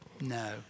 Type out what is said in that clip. No